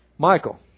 Michael